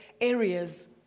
areas